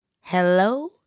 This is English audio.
hello